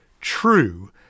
true